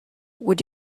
would